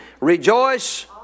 rejoice